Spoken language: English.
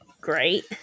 great